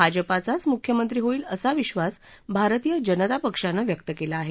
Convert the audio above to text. भाजपाचाच मुख्यमंत्री होईल असा विश्वास भारतीय जनता पक्षानं व्यक्त केला आहे